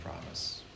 promise